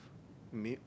made